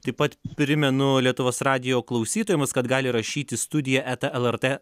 taip pat primenu lietuvos radijo klausytojams kad gali rašyti studija eta lrt